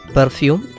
Perfume